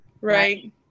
right